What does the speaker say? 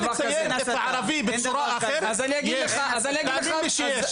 תאמין לי שיש.